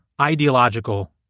ideological